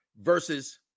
versus